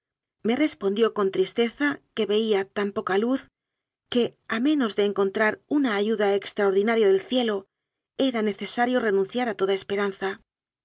me respondió con tristeza que veía tan poca luz que a menos de encontrar una ayuda extraordinaria del cielo era necesario re nunciar a toda esperanza